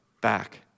back